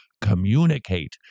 communicate